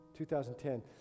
2010